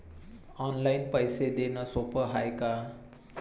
Online पैसे देण सोप हाय का?